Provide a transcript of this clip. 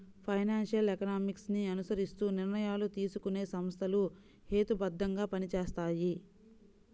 financial economics ని అనుసరిస్తూ నిర్ణయాలు తీసుకునే సంస్థలు హేతుబద్ధంగా పనిచేస్తాయి